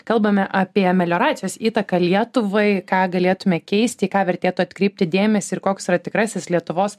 kalbame apie melioracijos įtaką lietuvai ką galėtume keisti į ką vertėtų atkreipti dėmesį ir koks yra tikrasis lietuvos